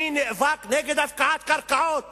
אני נאבק נגד הפקעת קרקעות